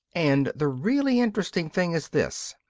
and the really interesting thing is this,